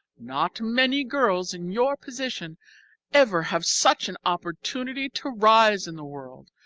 not many girls in your position ever have such an opportunity to rise in the world.